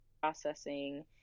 processing